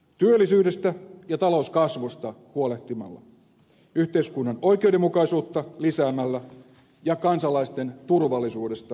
työllisyydestä ja talouskasvusta huolehtimalla yhteiskunnan oikeudenmukaisuutta lisäämällä ja kansalaisten turvallisuudesta huolehtimalla